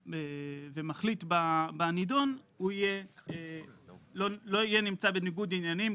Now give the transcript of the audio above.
ומחליט בנידון הוא לא יהיה נמצא בניגוד עניינים,